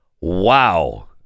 wow